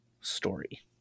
story